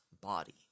body